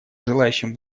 желающим